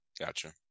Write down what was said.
Gotcha